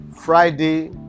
Friday